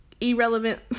irrelevant